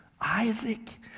Isaac